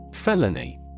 Felony